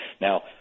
Now